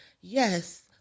yes